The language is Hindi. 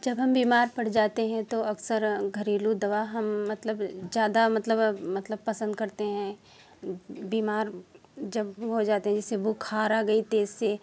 जब हम बीमार पड़ जाते हैं तो अक्सर घरेलू दवा हम मतलब ज्यादा मतलब मतलब पसंद करते हैं बीमार जब हो जाते हैं जैसे बुखार आ गई तेज से